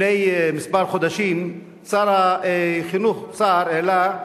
לפני כמה חודשים שר החינוך סער העלה,